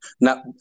Now